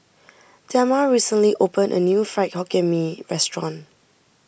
Dema recently opened a new Fried Hokkien Mee restaurant